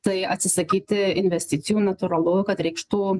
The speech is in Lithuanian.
tai atsisakyti investicijų natūralu kad reikštų